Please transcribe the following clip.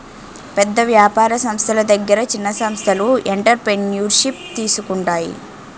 పెద్ద వ్యాపార సంస్థల దగ్గర చిన్న సంస్థలు ఎంటర్ప్రెన్యూర్షిప్ తీసుకుంటాయి